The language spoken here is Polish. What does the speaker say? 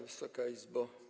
Wysoka Izbo!